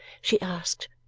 she asked.